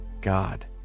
God